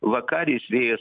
vakaris vėjas